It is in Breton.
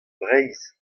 breizh